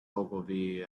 ogilvy